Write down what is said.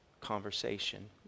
conversation